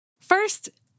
First